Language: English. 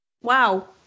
Wow